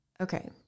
Okay